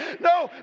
No